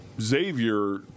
Xavier